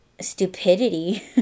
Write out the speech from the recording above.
stupidity